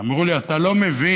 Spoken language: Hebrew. אמרו לי: אתה לא מבין,